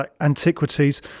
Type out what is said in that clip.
antiquities